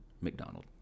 McDonald